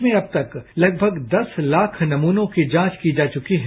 प्रदेश में अब तक लगभग दस लाख नमनों की जांच की जा चुकी है